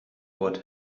what